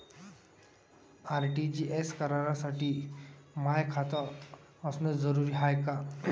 RTGS करासाठी माय खात असनं जरुरीच हाय का?